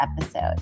episode